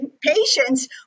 patients